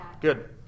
good